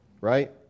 right